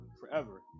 forever